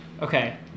Okay